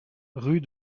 rue